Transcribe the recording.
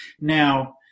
Now